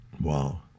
wow